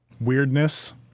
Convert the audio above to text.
weirdness